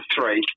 three